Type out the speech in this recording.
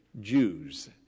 Jews